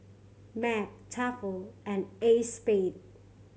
Mac Tefal and Acexspade